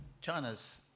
China's